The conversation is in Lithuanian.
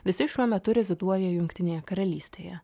visi šiuo metu reziduoja jungtinėje karalystėje